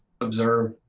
observe